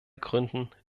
gründen